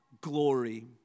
glory